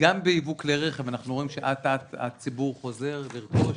גם בייבוא כלי רכב אנחנו רואים שלאט-לאט הציבור חוזר לרכוש.